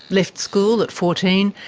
left school at fourteen,